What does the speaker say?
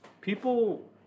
People